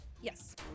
Yes